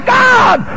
god